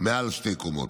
במבנים מעל שתי קומות.